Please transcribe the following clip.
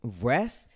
Rest